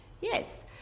Yes